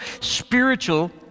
spiritual